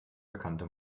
bekannte